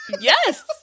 Yes